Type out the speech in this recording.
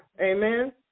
Amen